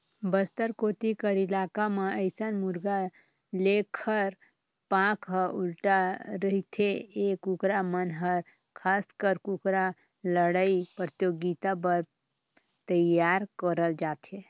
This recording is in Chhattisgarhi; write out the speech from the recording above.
बस्तर कोती कर इलाका म अइसन मुरगा लेखर पांख ह उल्टा रहिथे ए कुकरा मन हर खासकर कुकरा लड़ई परतियोगिता बर तइयार करल जाथे